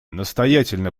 настоятельно